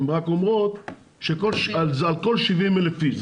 הן רק אומרות שזה על כל 70,000 איש.